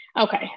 Okay